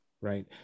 right